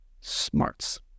smarts